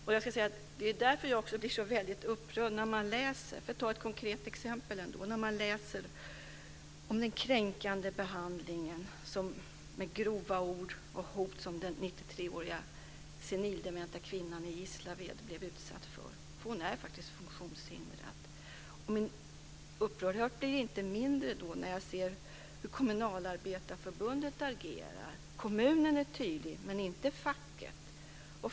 Det är därför som jag blir så väldigt upprörd när jag läser om t.ex. den kränkande behandlingen med grova ord och hot som den 93-åriga senildementa kvinnan i Gislaved blev utsatt för. Hon är faktiskt funktionshindrad. Min upprördhet blir inte mindre när jag ser hur Kommunalarbetareförbundet agerar. Kommunen är tydlig men inte facket.